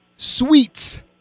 Sweets